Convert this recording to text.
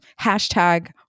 Hashtag